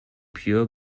pure